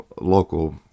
local